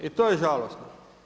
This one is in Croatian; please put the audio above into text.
I to je žalosno.